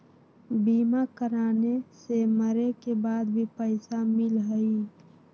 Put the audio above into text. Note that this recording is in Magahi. बीमा कराने से मरे के बाद भी पईसा मिलहई?